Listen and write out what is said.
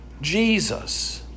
Jesus